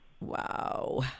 Wow